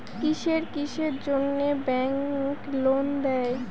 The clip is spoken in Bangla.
কিসের কিসের জন্যে ব্যাংক লোন দেয়?